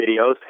videos